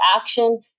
action